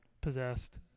possessed